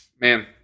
man